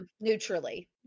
neutrally